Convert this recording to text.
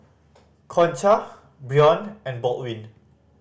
Concha Brion and Baldwin